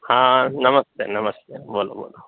હા નમસ્તે નમસ્તે બોલો બોલો